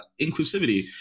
inclusivity